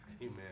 Amen